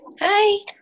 Hi